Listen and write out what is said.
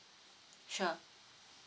sure